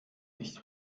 nicht